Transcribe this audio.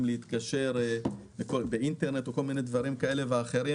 להתקשר באינטרנט או בכל מיני דברים כאלה ואחרים,